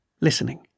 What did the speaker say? listening